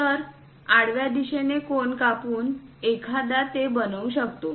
तर आडव्या दिशेने कोन कापून एखादा ते बनवू शकतो